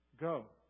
Go